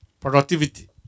productivity